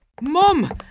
Mom